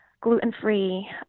gluten-free